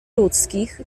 ludzkich